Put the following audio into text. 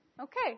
Okay